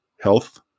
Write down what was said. health